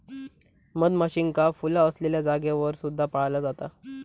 मधमाशींका फुला असलेल्या जागेवर सुद्धा पाळला जाता